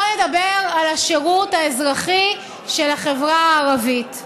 בואו נדבר על השירות האזרחי של החברה הערבית.